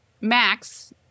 Max